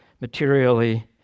materially